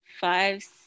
five